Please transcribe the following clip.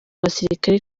abasirikare